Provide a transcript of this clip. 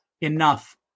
Enough